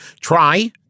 Try